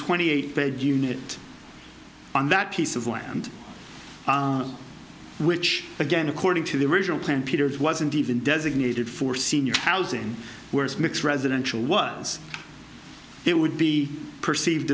twenty eight bed unit on that piece of land which again according to the original plan peters wasn't even designated for senior housing where it's mixed residential words it would be perceived